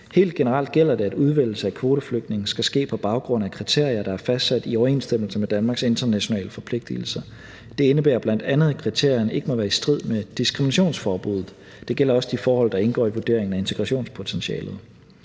Helt generelt gælder det, at udvælgelse af kvoteflygtninge skal ske på baggrund af kriterier, der er fastsat i overensstemmelse med Danmarks internationale forpligtelser. Det indebærer bl.a., at kriterierne ikke må være i strid med diskriminationsforbuddet. Det gælder også de forhold, der indgår i vurderingen af integrationspotentialet.